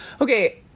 okay